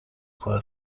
were